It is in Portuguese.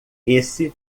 esse